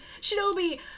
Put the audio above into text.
Shinobi